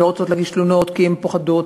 הן לא רוצות להגיש תלונות כי הן פוחדות,